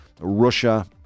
Russia